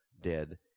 dead